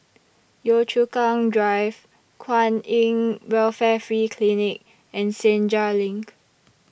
Yio Chu Kang Drive Kwan in Welfare Free Clinic and Senja LINK